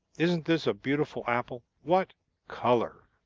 isn't this a beautiful apple? what color!